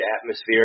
atmosphere